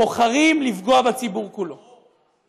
בוחרים לפגוע בציבור כולו.